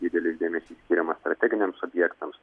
didelis dėmesys skiriamas strateginiams objektams